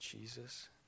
Jesus